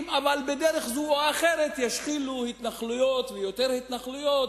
אבל בדרך זו או אחרת ישחילו התנחלויות ויותר התנחלויות,